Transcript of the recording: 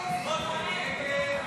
50 בעד, 57 נגד.